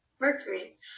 Mercury